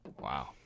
wow